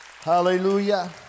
Hallelujah